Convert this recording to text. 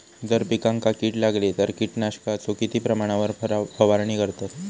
जर पिकांका कीड लागली तर कीटकनाशकाचो किती प्रमाणावर फवारणी करतत?